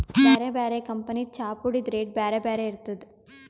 ಬ್ಯಾರೆ ಬ್ಯಾರೆ ಕಂಪನಿದ್ ಚಾಪುಡಿದ್ ರೇಟ್ ಬ್ಯಾರೆ ಬ್ಯಾರೆ ಇರ್ತದ್